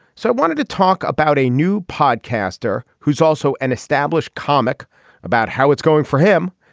so i wanted to talk about a new podcast or who's also an established comic about how it's going for him.